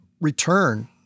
return